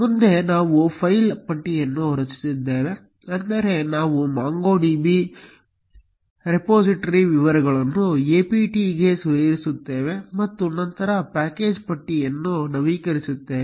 ಮುಂದೆ ನಾವು ಫೈಲ್ ಪಟ್ಟಿಯನ್ನು ರಚಿಸಲಿದ್ದೇವೆ ಅಂದರೆ ನಾವು MongoDB ರೆಪೊಸಿಟರಿ ವಿವರಗಳನ್ನು apt ಗೆ ಸೇರಿಸುತ್ತೇವೆ ಮತ್ತು ನಂತರ ಪ್ಯಾಕೇಜ್ ಪಟ್ಟಿಯನ್ನು ನವೀಕರಿಸುತ್ತೇವೆ